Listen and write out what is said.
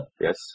Yes